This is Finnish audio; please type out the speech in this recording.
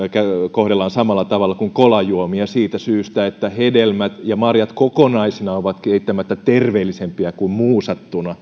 kohdellaan samalla tavalla kuin kolajuomia siitä syystä että hedelmät ja marjat kokonaisina ovatkin eittämättä terveellisempiä kuin muusattuna